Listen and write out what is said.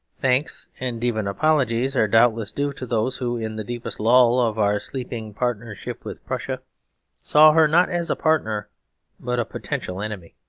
thanks and even apologies are doubtless due to those who in the deepest lull of our sleeping partnership with prussia saw her not as a partner but a potential enemy